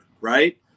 right